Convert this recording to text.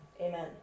Amen